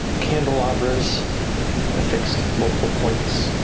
candelabras affixed multiple points,